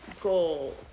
goal